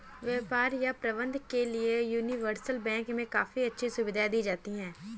व्यापार या प्रबन्धन के लिये यूनिवर्सल बैंक मे काफी अच्छी सुविधायें दी जाती हैं